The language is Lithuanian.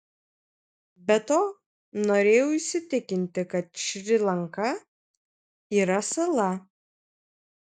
be to norėjau įsitikinti kad šri lanka yra sala